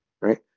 right